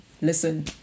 listen